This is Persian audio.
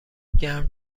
گرم